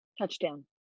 touchdown